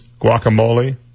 guacamole